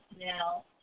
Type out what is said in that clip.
now